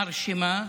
מרשימה,